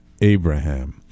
Abraham